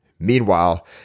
Meanwhile